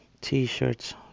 t-shirts